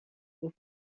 گفت